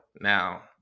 Now